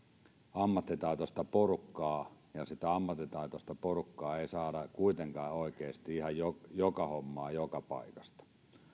ammattitaitoista porukkaa ja sitä ammattitaitoista porukkaa ei saada kuitenkaan oikeasti ihan joka hommaan joka paikasta